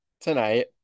tonight